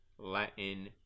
latin